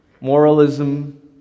moralism